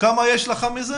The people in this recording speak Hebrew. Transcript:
מה הסכום שיש לך?